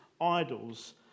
idols